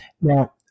now